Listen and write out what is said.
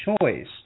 choice